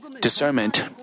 discernment